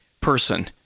person